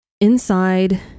Inside